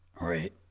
Right